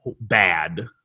bad